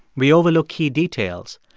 we overlook key details.